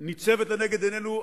ניצבת לנגד עינינו.